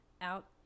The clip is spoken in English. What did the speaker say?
out